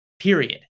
period